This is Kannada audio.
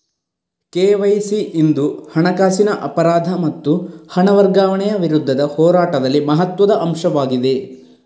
ಕೆ.ವೈ.ಸಿ ಇಂದು ಹಣಕಾಸಿನ ಅಪರಾಧ ಮತ್ತು ಹಣ ವರ್ಗಾವಣೆಯ ವಿರುದ್ಧದ ಹೋರಾಟದಲ್ಲಿ ಮಹತ್ವದ ಅಂಶವಾಗಿದೆ